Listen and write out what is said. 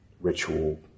ritual